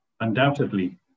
Undoubtedly